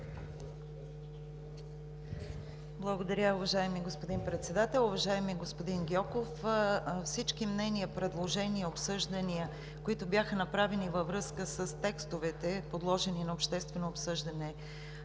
Благодаря, уважаеми господин Председател! Уважаеми господин Гьоков, всички мнения, предложения и обсъждания, които бяха направени във връзка с текстовете, подложени на обществено обсъждане